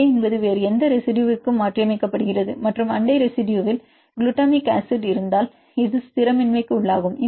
A என்பது வேறு எந்த ரெசிடுயுகும் மாற்றியமைக்கப்படுகிறது மற்றும் அண்டை ரெசிடுயுவில் குளுட்டமிக் அமிலம் இருந்தால் இது ஸ்திரமின்மைக்குள்ளாகும்